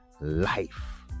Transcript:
life